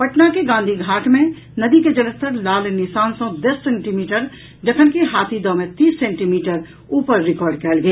पटना के गांधी घाट मे नदी के जलस्तर लाल निशान सॅ दस सेंटीमीटर जखनकि हाथीदह मे तीस सेंटीमीटर ऊपर रिकार्ड कयल गेल